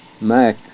Mac